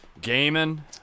Gaming